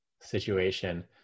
situation